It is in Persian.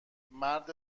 مرد